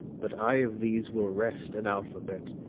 but i of these will wrest an alphabet,